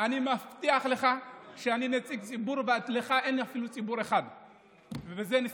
אני מגיב לך על זה כי אתה אומר את זה בפומבי.